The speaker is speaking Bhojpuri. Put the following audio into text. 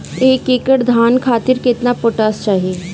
एक एकड़ धान खातिर केतना पोटाश चाही?